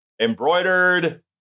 Embroidered